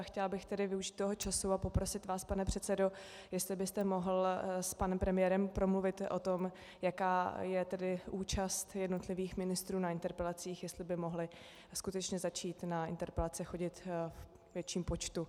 Chtěla bych využít toho času a poprosit vás, pane předsedo, jestli byste mohl s panem premiérem promluvit o tom, jaká je tedy účast jednotlivých ministrů na interpelacích, jestli by mohli skutečně začít na interpelace chodit ve větším počtu.